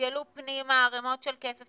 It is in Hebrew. שגלגלו פנימה ערמות של כסף.